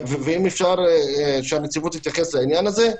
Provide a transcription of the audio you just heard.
אם אפשר שהנציבות תתייחס לעניין הזה.